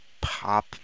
pop